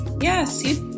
Yes